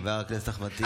חבר הכנסת אחמד טיבי.